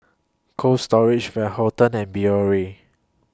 Cold Storage Van Houten and Biore